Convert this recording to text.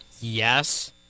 Yes